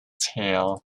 tail